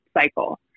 cycle